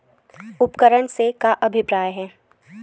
उपकरण से का अभिप्राय हे?